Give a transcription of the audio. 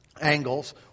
angles